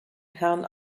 herrn